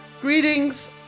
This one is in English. Greetings